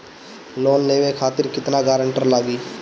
Loan लेवे खातिर केतना ग्रानटर लागी?